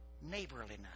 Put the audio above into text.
neighborliness